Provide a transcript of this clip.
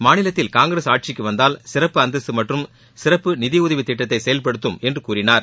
மாநிலத்தில் காங்கிரஸ் ஆட்சிக்கு வந்தால் சிறப்பு அந்தஸ்த்து மற்றும் சிறப்பு நிதியுதவி திட்டத்தை செயல்படுத்தும் என்று கூறினார்